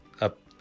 up